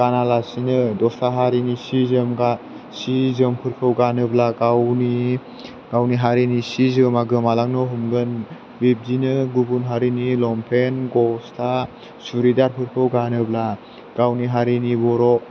गानालासिनो दस्रा हारिनि सि जोमफोरखौ गानोब्ला गावनि गावनि हारिनि सि जोमा गोमालांनो हमगोन बिब्दिनो गुबुन हारिनि लंफेन गस्ला सुरिदारफोरखौ गानोब्ला गावनि हारिनि बर'